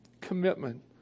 Commitment